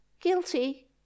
Guilty